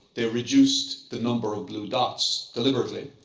they reduced the number of blue dots deliberately.